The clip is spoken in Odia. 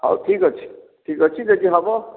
ହଉ ଠିକ୍ ଅଛି ଠିକ୍ ଅଛି ଯଦି ହବ